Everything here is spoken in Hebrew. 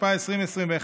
התשפ"א 2021,